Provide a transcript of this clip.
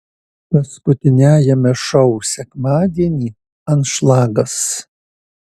paskutiniajame šou sekmadienį anšlagas